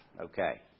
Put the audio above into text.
Okay